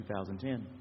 2010